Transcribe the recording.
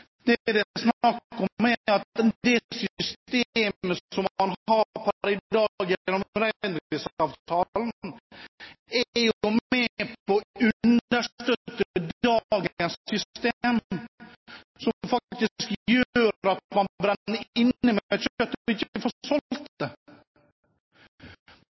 Det er snakk om at det systemet som man har per i dag gjennom reindriftsavtalen, er med på å understøtte dagens system, som gjør at man brenner inne med kjøttet og ikke